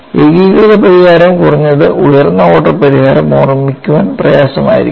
ഏകീകൃത പരിഹാരം കുറഞ്ഞത് ഉയർന്ന ഓർഡർ പരിഹാരം ഓർമ്മിക്കാൻ പ്രയാസമായിരിക്കും